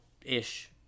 ish